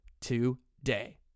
today